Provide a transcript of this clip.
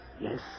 Yes